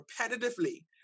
repetitively